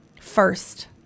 first